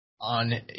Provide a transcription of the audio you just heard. on